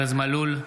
ארז מלול,